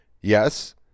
Yes